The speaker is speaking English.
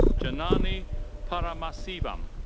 janaany paramasivam.